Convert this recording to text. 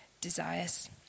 desires